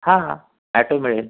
हां हां अॅटो मिळेल